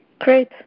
Great